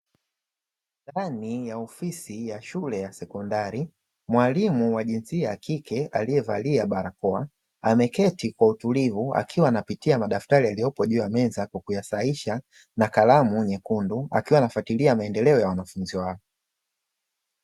Ndani ya ofisi ya shule ya sekondari, mwalimu wa jinsia ya kike aliyevalia barakoa, ameketi kwa utulivu akiwa anapitia madaftari yaliyopo juu ya meza kwa kuyasahihisha na kalamu nyekundu, akiwa anafuatilia maendeleo ya wanafunzi wake.